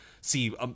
see